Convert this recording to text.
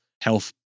health